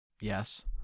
Yes